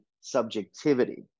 subjectivity